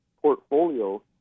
portfolio